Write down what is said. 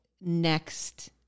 next